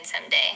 someday